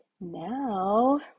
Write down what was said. now